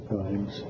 times